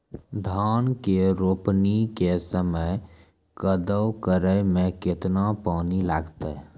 धान के रोपणी के समय कदौ करै मे केतना पानी लागतै?